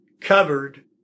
covered